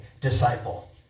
disciple